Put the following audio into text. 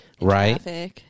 right